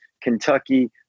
Kentucky